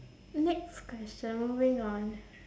next question moving on